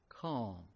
calm